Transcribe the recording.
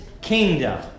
kingdom